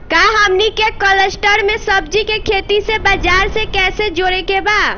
का हमनी के कलस्टर में सब्जी के खेती से बाजार से कैसे जोड़ें के बा?